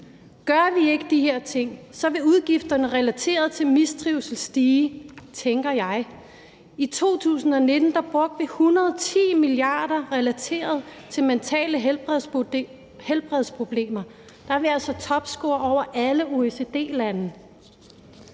Gør vi ikke de her ting, vil udgifterne relateret til mistrivsel stige, tænker jeg. I 2019 brugte vi 110 mia. kr. relateret til mentale helbredsproblemer. Der er vi altså topscorer i forhold til alle OECD-lande.